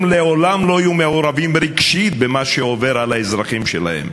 הם לעולם לא יהיו מעורבים רגשית במה שעובר על האזרחים שלהם,